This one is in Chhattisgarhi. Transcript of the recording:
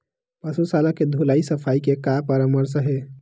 पशु शाला के धुलाई सफाई के का परामर्श हे?